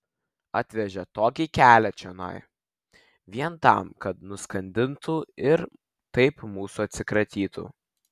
atvežė tokį kelią čionai vien tam kad nuskandintų ir taip mūsų atsikratytų